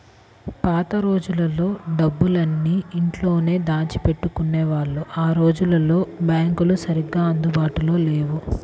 పాత రోజుల్లో డబ్బులన్నీ ఇంట్లోనే దాచిపెట్టుకునేవాళ్ళు ఆ రోజుల్లో బ్యాంకులు సరిగ్గా అందుబాటులో లేవు